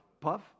puff